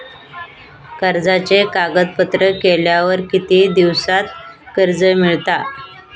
कर्जाचे कागदपत्र केल्यावर किती दिवसात कर्ज मिळता?